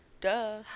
Duh